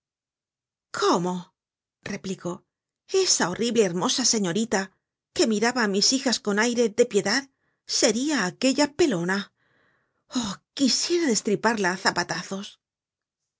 cómo replicó esa horrible hermosa señorita que miraba á mis hijas con aire de piedad seria aquella pelona oh quisiera destriparla á zapatazos